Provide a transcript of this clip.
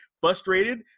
frustrated